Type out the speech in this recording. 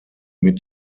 mit